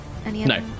No